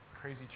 crazy